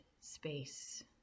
space